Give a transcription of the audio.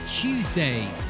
Tuesday